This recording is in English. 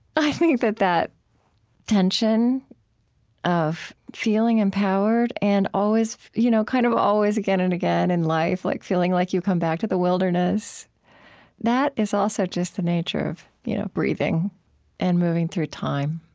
i think that that tension of feeling empowered and always, you know kind of again and again in life, like feeling like you've come back to the wilderness that is also just the nature of you know breathing and moving through time